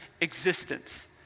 existence